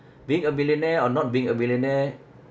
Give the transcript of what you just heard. being a millionaire or not being a millionaire